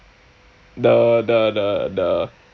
the the the the